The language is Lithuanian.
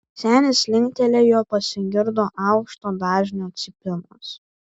senis linktelėjo pasigirdo aukšto dažnio cypimas